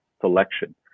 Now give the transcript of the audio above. selection